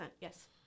yes